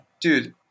dude